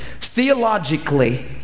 Theologically